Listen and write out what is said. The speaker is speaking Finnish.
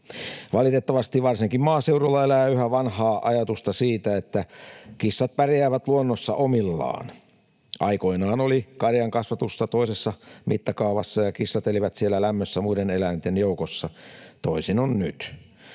Valitettavasti varsinkin maaseudulla elää yhä vanhaa ajatusta siitä, että kissat pärjäävät luonnossa omillaan. Aikoinaan oli karjankasvatusta toisessa mittakaavassa ja kissat elivät siellä lämmössä muiden eläinten joukossa. Toisin on nyt.